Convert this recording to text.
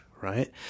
Right